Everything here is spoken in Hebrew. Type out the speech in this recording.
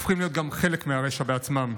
הופכים להיות גם חלק מהרשע בעצמם.